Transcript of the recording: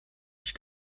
ich